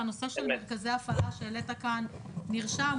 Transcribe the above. והנושא של מרכזי הפעלה שהעלית כאן נרשם.